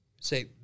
Say